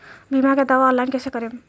बीमा के दावा ऑनलाइन कैसे करेम?